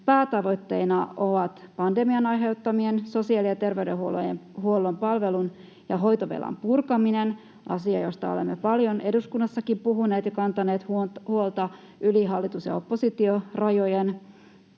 päätavoitteina ovat pandemian aiheuttaman sosiaali- ja terveydenhuollon palvelu- ja hoitovelan purkaminen — asia, josta olemme paljon eduskunnassakin puhuneet ja kantaneet huolta yli hallitus—oppositio-rajojen